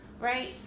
right